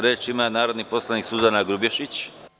Reč ima narodna poslanica Suzana Grubješić.